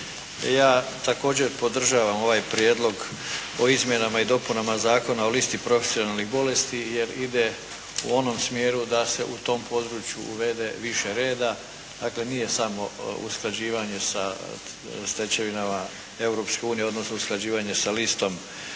Ja također podržavam ovaj prijedlog o izmjenama i dopunama Zakona o listi profesionalnih bolesti, jer ide u onom smjeru da se u tom području uvede više reda. Dakle, nije samo usklađivanje sa stečevinama Europske unije odnosno usklađivanje sa listom